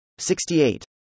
68